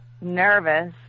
nervous